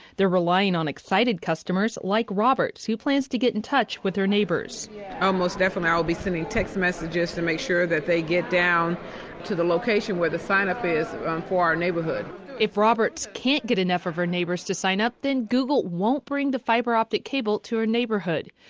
they're relying on excited customers like roberts, who plans to get in touch with her neighbors oh most definitely, i will be sending text messages to make sure they get down to the location where the sign up is for our neighborhood if roberts can't get enough of her neighbors to sign up, then google won't bring the fiber optic cable to her neighborhood.